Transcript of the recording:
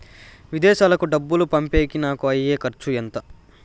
విదేశాలకు డబ్బులు పంపేకి నాకు అయ్యే ఖర్చు ఎంత?